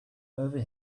over